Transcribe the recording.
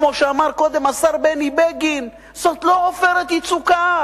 כמו שאמר קודם השר בני בגין: זה לא "עופרת יצוקה",